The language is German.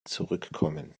zurückkommen